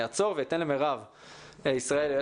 אתן למירב ישראלי,